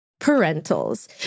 parentals